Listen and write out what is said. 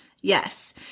Yes